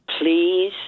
please